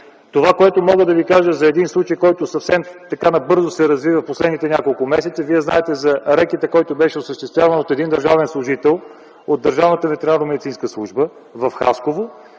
Това, което мога да Ви кажа, е за един случай, който съвсем набързо се разви в последните няколко месеца, вие знаете за рекета, който беше осъществяван от един държавен служител от Държавната